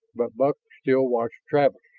but buck still watched travis.